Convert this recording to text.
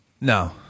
No